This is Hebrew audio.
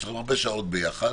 יש לכם הרבה שעות ביחד.